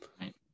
Right